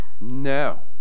No